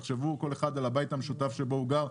תחשבו כל אחד על בית המשותף שבו הוא גר,